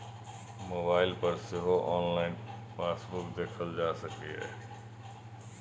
mobile पर सेहो online passbook देखल जा सकैए